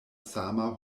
sama